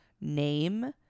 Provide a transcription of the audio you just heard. name